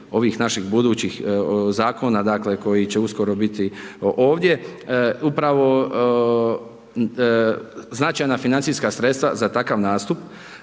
naših budućih zakona dakle koji će uskoro biti ovdje, upravo značajna financijska sredstva za takav nastup.